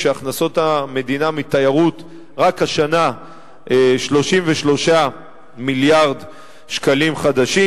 כשהכנסות המדינה מתיירות רק השנה 33 מיליארד שקלים חדשים.